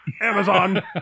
Amazon